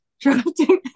drafting